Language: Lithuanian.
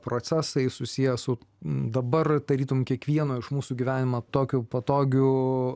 procesai susiję su dabar tarytum kiekvieno iš mūsų gyvenimą tokiu patogiu